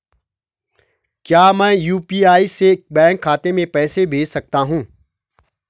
क्या मैं यु.पी.आई से बैंक खाते में पैसे भेज सकता हूँ?